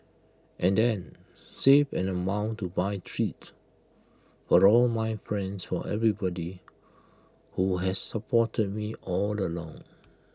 and then save an amount to buy treats for all my friends for everybody who has supported me all along